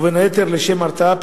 ובין היתר לשם הרתעה,